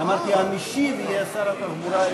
אמרתי: המשיב יהיה שר התחבורה.